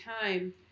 time